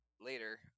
later